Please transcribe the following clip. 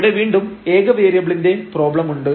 ഇവിടെ വീണ്ടും ഏക വേരിയബിളിന്റെ പ്രോബ്ലമുണ്ട്